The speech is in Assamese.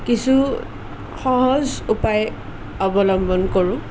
কিছু সহজ উপায় অৱলম্বন কৰোঁ